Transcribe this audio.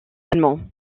allemand